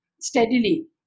steadily